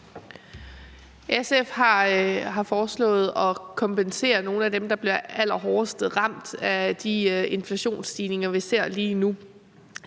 SF har foreslået at kompensere nogle af dem, der bliver allerhårdest ramt af de inflationsstigninger, vi ser lige nu.